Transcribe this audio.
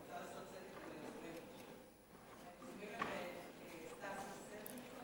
אני רוצה לעשות צדק עם היוזמים: סטס מיסז'ניקוב,